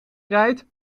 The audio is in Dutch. draait